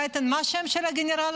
אפרת רייטן, מה השם של הגנרל?